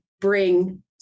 bring